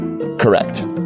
Correct